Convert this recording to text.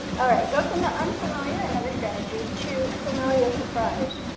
all right, go from the unfamiliar, another strategy, to familiar surprise.